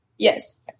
Yes